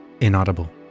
Inaudible